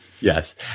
yes